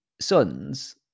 sons